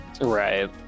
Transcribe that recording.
Right